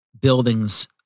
buildings